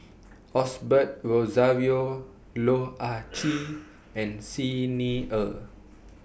Osbert Rozario Loh Ah Chee and Xi Ni Er